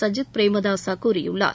சஜித் பிரேமதாஸா கூறியுள்ளார்